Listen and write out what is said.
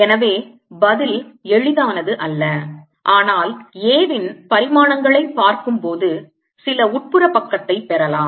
எனவே பதில் எளிதானது அல்ல ஆனால் Aவின் பரிமாணங்களைப் பார்க்கும்போது சில உட்புற பக்கத்தைப் பெறலாம்